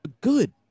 Good